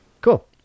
Cool